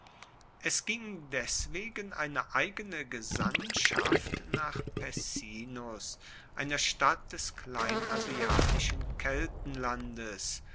es ging deswegen eine eigene gesandtschaft nach pessinus einer stadt des kleinasiatischen